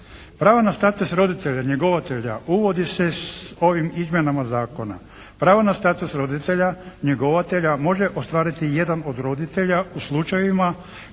Pravo na status roditelja njegovatelja uvodi se s ovim izmjenama zakona. Pravo na status roditelja njegovatelja može ostvariti jedan od roditelja u slučajevima